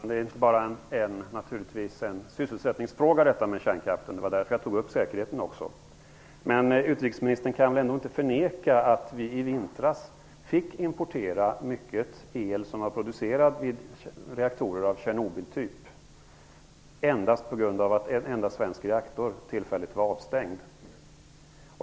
Herr talman! Kärnkraften är naturligtvis inte bara en sysselsättningsfråga. Det var därför som jag tog upp säkerheten också. Men utrikesministern kan väl ändå inte förneka att vi i vintras måste importera mycket el som var producerad vid reaktorer av Tjernobyltyp, endast på grund av att en enda svensk reaktor tillfälligt var avstängd?